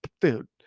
Dude